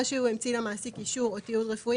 או שהוא המציא למעסיק אישור או תיעוד רפואי